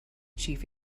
chief